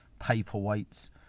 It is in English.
paperweights